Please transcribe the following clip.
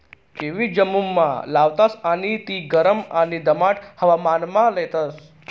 kiwi जम्मुमा लावतास आणि ती गरम आणि दमाट हवामानमा लेतस